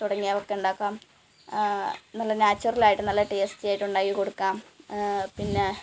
തുടങ്ങിയവ ഒക്കെ ഉണ്ടാക്കാം നല്ല നാച്ചുറൽ ആയിട്ട് നല്ല ടേസ്റ്റി ആയിട്ട് ഉണ്ടാക്കി കൊടുക്കാം